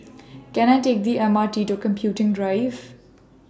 Can I Take The M R T to Computing Drive